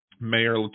mayor